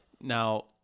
Now